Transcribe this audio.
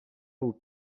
aux